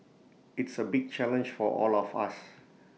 it's A big challenge for all of us